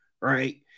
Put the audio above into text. right